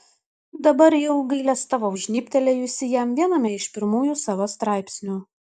dabar jau gailestavau žnybtelėjusi jam viename iš pirmųjų savo straipsnių